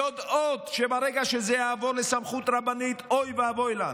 יודעות שברגע שזה יעבור לסמכות רבנית אוי ואבוי לנו.